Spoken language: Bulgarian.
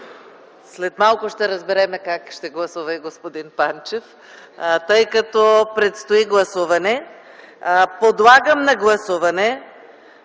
След малко ще разберем как ще гласува и господин Панчев, тъй като предстои гласуване. Подлагам на гласуване